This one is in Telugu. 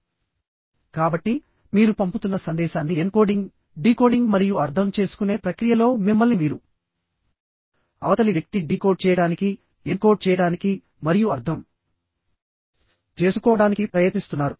కాబట్టిమీరు పంపుతున్న సందేశాన్ని ఎన్కోడింగ్ డీకోడింగ్ మరియు అర్థం చేసుకునే ప్రక్రియలో మిమ్మల్ని మీరు నిమగ్నం చేసుకోవడానికి ప్రయత్నిస్తున్నప్పుడు కూడాఅవతలి వ్యక్తి డీకోడ్ చేయడానికిఎన్కోడ్ చేయడానికి మరియు అర్థం చేసుకోవడానికి ప్రయత్నిస్తున్నారు